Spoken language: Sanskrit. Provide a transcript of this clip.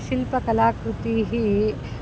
शिल्पकलाकृतिः